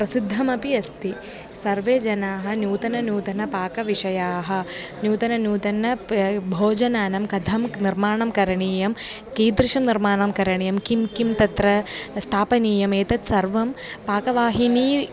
प्रसिद्धमपि अस्ति सर्वे जनाः नूतननूतनपाकविषयाः नूतननूतन भोजनानं कथं निर्माणं करणीयं कीदृशं निर्माणं करणीयं किं किं तत्र स्थापनीयम् एतत् सर्वं पाकवाहिनी